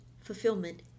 fulfillment